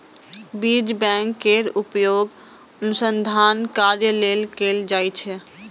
बीज बैंक केर उपयोग अनुसंधान कार्य लेल कैल जाइ छै